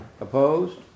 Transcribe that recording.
Opposed